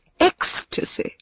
ecstasy